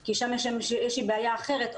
כי שם יש איזו בעיה אחרת,